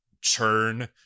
churn